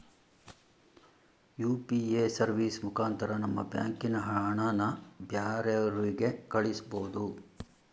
UPA service ಮುಖಾಂತರ ನಮ್ಮ ಬ್ಯಾಂಕಿನ ಹಣನ ಬ್ಯಾರೆವ್ರಿಗೆ ಕಳಿಸ್ಬೋದು